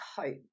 hope